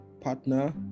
partner